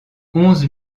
onze